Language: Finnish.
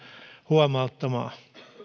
huomauttamaan kun